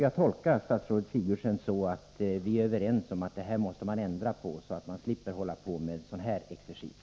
Jag tolkar statsrådet Sigurdsen på det sättet, att vi är överens om att en ändring måste ske, så att man slipper hålla på med en sådan här exercis.